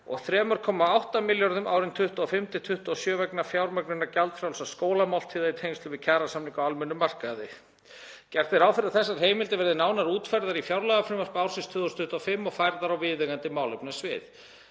„og 3,8 ma.kr. árin 2025–2027 vegna fjármögnunar gjaldfrjálsra skólamáltíða í tengslum við kjarasamninga á almennum markaði. Gert er ráð fyrir að þessar heimildir verði nánar útfærðar í fjárlagafrumvarpi ársins 2025 og færðar á viðeigandi málefnasvið.“